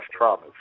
traumas